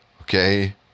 Okay